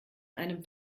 einem